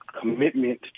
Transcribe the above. commitment